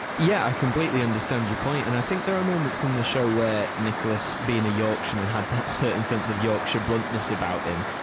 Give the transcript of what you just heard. yeah, i completely understand your point and i think there are moments in the show where nicholas, being a yorkshireman, had that certain sense of yorkshire bluntness about him.